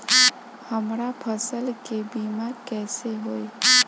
हमरा फसल के बीमा कैसे होई?